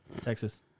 Texas